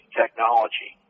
technology